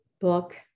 book